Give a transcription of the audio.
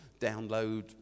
download